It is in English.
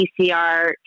PCR